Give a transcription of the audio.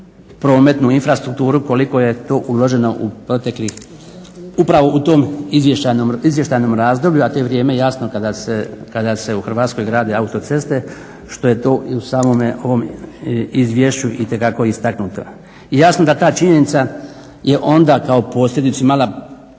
prometnu infrastrukturu koliko je tu uloženo u proteklih, upravo u tom izvještajnom razdoblju, a to je vrijeme jasno kada se u Hrvatskoj grade autoceste. Što je to i u samome ovom Izvješću itekako istaknuto. I jasno da ta činjenica je onda kao posljedicu imala